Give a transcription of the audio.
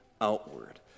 outward